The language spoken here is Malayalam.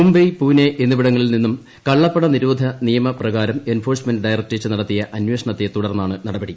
മുംബൈ പൂനെ എന്നിവിടങ്ങളിൽ നിന്നും കള്ളപ്പണ നിരോധന നിയമ പ്രകാരം എൻഫോഴ്സ്മെന്റ് ഡയറക്ടറേറ്റ് നടത്തിയ അന്വേഷണത്തെ തുടർന്നാണ് നടപടി